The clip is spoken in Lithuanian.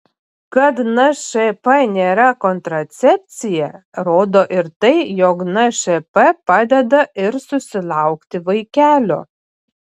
kad nšp nėra kontracepcija rodo ir tai jog nšp padeda ir susilaukti vaikelio